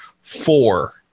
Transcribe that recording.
four